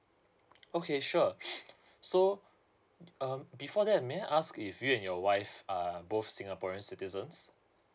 okay sure so um before that may I ask if you and your wife are both singaporean citizens